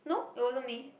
no it wasn't me